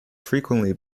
frequently